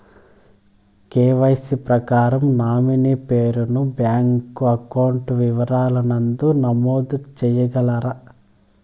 KYC ప్రకారం nominee పేరు ను బ్యాంకు అకౌంట్ వివరాల నందు నమోదు సేయగలరా?